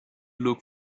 look